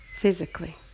physically